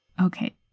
Okay